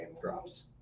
drops